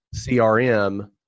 CRM